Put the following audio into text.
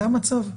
זה המצב.